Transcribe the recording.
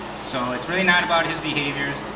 so it's really not about his behaviors,